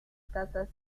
casas